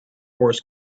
wars